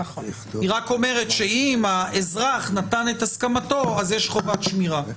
היא רק אומרת שאם האזרח נתן את הסכמתו אז יש חובת שמירה,